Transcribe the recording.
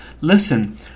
Listen